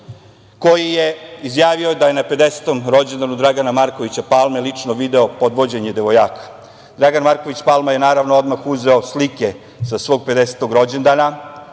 koji je izjavio da je na pedesetom rođendanu Dragana Markovića Palme lično video podvođenje devojaka. Dragan Marković Palma je naravno odmah uzeo slike sa svog pedesetog rođendana